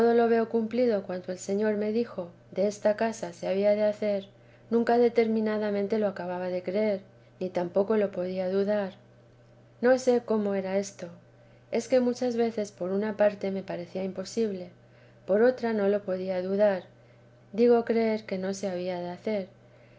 lo veo cumplido cuanto el señor me dijo desta casa se había de hacer nunca determinadamente lo acababa de creer ni tampoco lo podía dudar no sé cómo era esto es que muchas veces por una parte me parecía imposible por otra no lo podía dudar digo creer que no se había de hacer